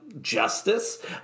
justice